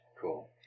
Cool